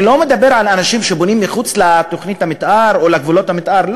אני לא מדבר על האנשים שבונים מחוץ לתוכנית המתאר או לגבולות המתאר.